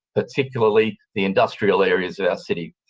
particularly the industrial areas of our city.